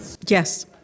Yes